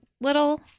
little